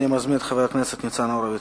אני מזמין את חבר הכנסת ניצן הורוביץ.